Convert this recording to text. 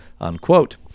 unquote